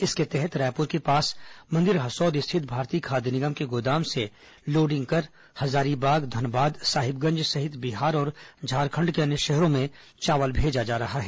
इसके तहत रायपुर के पास मंदिर हसौद स्थित भारतीय खाद्य निगम के गोदाम से लोडिंग कर हजारीबाग धनबाद साहिबगंज सहित बिहार और झारखंड के अन्य शहरों में चावल भेजा जा रहा है